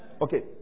Okay